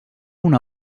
una